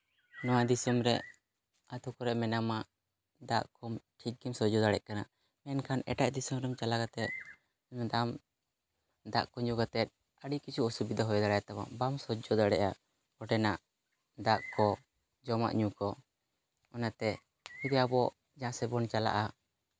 ᱱᱚᱣᱟ ᱫᱤᱥᱚᱢ ᱨᱮ ᱟᱛᱳ ᱠᱚᱨᱮᱜ ᱢᱮᱱᱟᱢᱟ ᱫᱟᱜ ᱠᱚ ᱴᱷᱤᱠ ᱜᱮᱢ ᱥᱚᱡᱽᱡᱚ ᱫᱟᱲᱮᱭᱟᱜ ᱠᱟᱱᱟ ᱢᱮᱱᱠᱷᱟᱱ ᱮᱴᱟᱜ ᱫᱤᱥᱚᱢ ᱨᱮᱢ ᱪᱟᱞᱟᱣ ᱠᱟᱛᱮᱜ ᱧᱮᱞᱫᱟᱢ ᱫᱟᱜ ᱠᱚ ᱧᱩ ᱠᱟᱛᱮ ᱟᱹᱰᱤ ᱠᱤᱪᱷᱩ ᱚᱥᱩᱵᱤᱫᱷᱟ ᱦᱩᱭ ᱫᱟᱲᱮᱭᱟᱛᱟᱢᱟ ᱵᱟᱢ ᱥᱚᱡᱽᱡᱚ ᱫᱟᱲᱮᱭᱟᱜᱼᱟ ᱚᱸᱰᱮᱱᱟᱜ ᱫᱟᱜ ᱠᱚ ᱡᱚᱢᱟᱜ ᱧᱩ ᱠᱚ ᱚᱱᱟᱛᱮ ᱡᱩᱫᱤ ᱟᱵᱚ ᱡᱟᱦᱟᱸ ᱥᱮᱫ ᱵᱚᱱ ᱪᱟᱞᱟᱜᱼᱟ